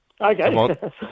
Okay